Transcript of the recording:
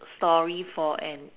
story for an